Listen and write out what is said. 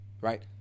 right